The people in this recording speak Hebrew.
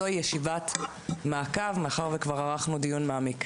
זוהי ישיבת מעקב, מאחר שכבר ערכנו דיון מעמיק.